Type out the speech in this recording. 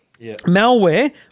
Malware